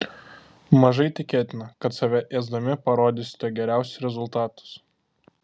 mažai tikėtina kad save ėsdami parodysite geriausius rezultatus